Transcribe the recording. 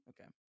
Okay